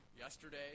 yesterday